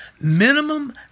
Minimum